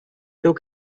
took